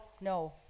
no